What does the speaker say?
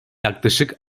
yaklaşık